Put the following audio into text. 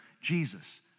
Jesus